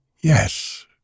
Yes